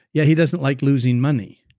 yeah he doesn't like losing money.